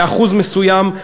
לאחוז מסוים,